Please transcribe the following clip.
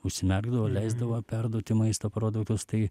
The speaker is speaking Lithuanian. užsimerkdavo leisdavo perduoti maisto produktus tai